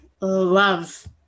love